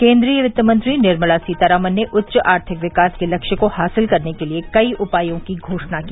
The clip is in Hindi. केन्द्रीय वित्तमंत्री निर्मला सीतारामन ने उच्च आर्थिक विकास के लक्ष्य को हासिल करने के लिए कई उपायों की घोषणा की